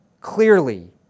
Clearly